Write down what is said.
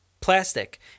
plastic